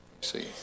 see